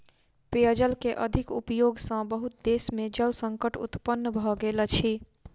पेयजल के अधिक उपयोग सॅ बहुत देश में जल संकट उत्पन्न भ गेल अछि